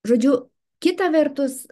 žodžiu kita vertus